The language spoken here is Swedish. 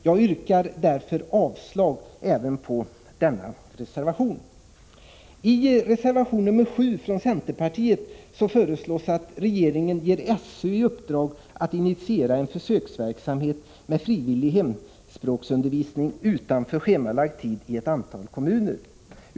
Jag yrkar därför avslag även på denna reservation. I reservation nr 7 från centerpartiet föreslås att regeringen ger SÖ i uppdrag att initiera en försöksverksamhet med frivillig hemspråksundervisning utanför schemalagd tid i ett antal kommuner.